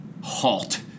halt